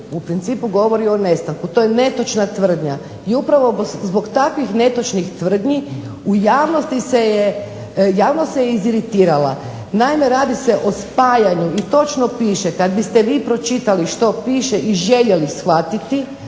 u principu govori o nestanku. To je netočna tvrdnja. I upravo zbog takvih netočnih tvrdnji javnost se iziritirala. Naime, radi se o spajanju i točno piše, kad biste vi pročitali što piše i željeli shvatiti